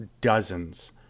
dozens